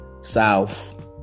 south